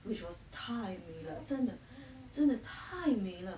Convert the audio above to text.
which was 太美了真的真的太美了